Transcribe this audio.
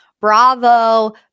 Bravo